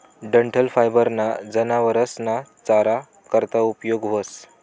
डंठल फायबर ना जनावरस ना चारा करता उपयोग व्हस